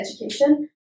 education